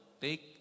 take